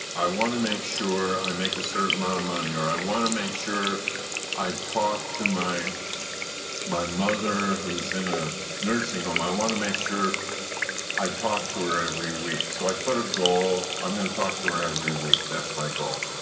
i want to make sure i make a certain amount of money or i want to make sure i talk to my my mother who's in a nursing home, i want to make sure i talk to her every week, so i put a goal, i'm going to talk to her every week, that's my goal,